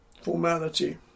formality